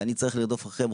ואני רודף אחר כך.